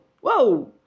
whoa